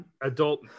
Adult